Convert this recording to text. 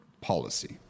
policy